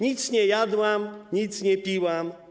Nic nie jadłam, nic nie piłam”